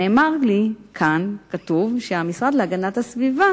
נאמר לי, כאן כתוב, שהמשרד להגנת הסביבה